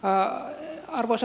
arvoisa puhemies